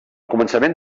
començament